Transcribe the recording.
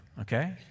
okay